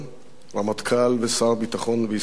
רמטכ"ל ושר ביטחון בישראל,